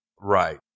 Right